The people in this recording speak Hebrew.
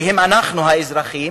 שהם אנחנו, האזרחים